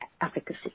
efficacy